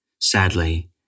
Sadly